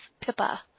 Pippa